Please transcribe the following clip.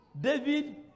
David